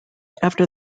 after